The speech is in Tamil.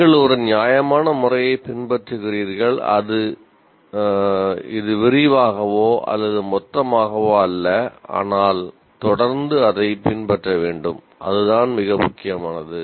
நீங்கள் ஒரு நியாயமான முறையைப் பின்பற்றுகிறீர்கள் இது விரிவாகவோ அல்லது மொத்தமாகவோ அல்ல ஆனால் தொடர்ந்து அதைப் பின்பற்ற வேண்டும் அதுதான் மிக முக்கியமானது